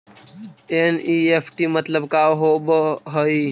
NEFT मतलब का होब हई?